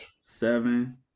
Seven